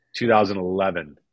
2011